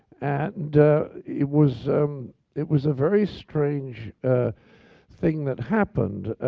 and it was um it was a very strange thing that happened.